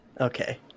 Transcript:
Okay